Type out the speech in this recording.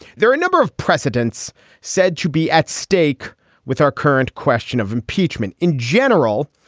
there are a number of precedents said to be at stake with our current question of impeachment. in general,